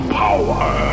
power